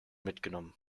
mitgenommen